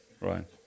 right